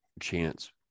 chance